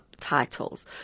titles